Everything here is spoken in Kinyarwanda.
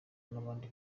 n’abandi